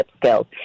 skills